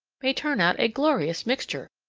may turn out a glorious mixture,